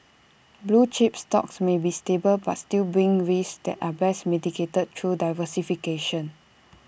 blue chip stocks may be stable but still brings risks that are best mitigated through diversification